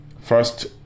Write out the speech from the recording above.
First